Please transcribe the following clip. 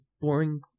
boring